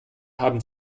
haben